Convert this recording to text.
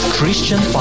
Christian